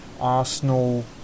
Arsenal